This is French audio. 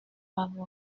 favorable